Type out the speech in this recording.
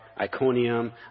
Iconium